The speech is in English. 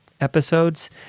episodes